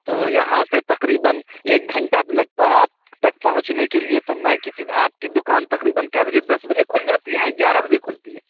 تو یہاں سے تقریباً ایک گھنٹہ لگتا ہے آپ تک پہنچنے کے لیے تو میں کسی آپ کی دُکان تقریباً کیے بجے دس بجے کھل جاتی ہے یا گیارہ بجے کھلتی ہے